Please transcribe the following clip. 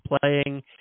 playing